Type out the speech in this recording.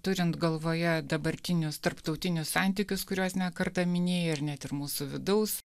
turint galvoje dabartinius tarptautinius santykius kuriuos ne kartą minėjo ir net ir mūsų vidaus